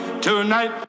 tonight